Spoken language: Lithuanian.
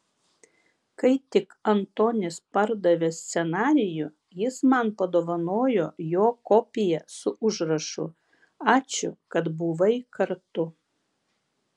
kai tik antonis pardavė scenarijų jis man padovanojo jo kopiją su užrašu ačiū kad buvai kartu